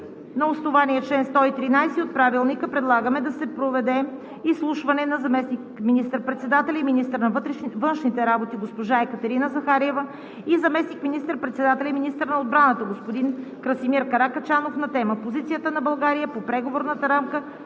„На основание чл. 113 от Правилника предлагаме да се проведе изслушване на заместник министър-председателя и министър на външните работи госпожа Екатерина Захариева и заместник министър-председателя и министър на отбраната господин Красимир Каракачанов на тема „Позицията на България по Преговорната рамка